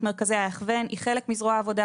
מרכזי ההכוון היא חלק מזרוע העבודה,